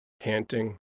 panting